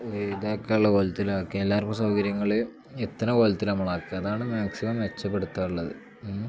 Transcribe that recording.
ഇതാക്കാനുള്ള കൊലത്തിലാക്കി എല്ലാവർക്കും സൗകര്യങ്ങൾ എത്തുന്ന കൊലത്തിൽ നമ്മൾ ആക്കി അതാണ് മാക്സിമം മെച്ചപ്പെടുത്താനുള്ളത്